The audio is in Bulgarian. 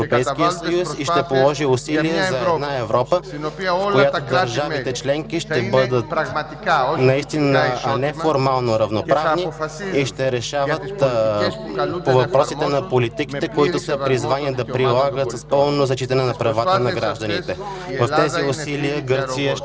и ще положи усилия за една Европа, в която държавите членки ще бъдат наистина не формално равноправни и ще решават въпросите за политиките, които са призвани да прилагат, с пълно зачитане на правата на гражданите. В тези усилия Гърция ще